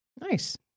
Nice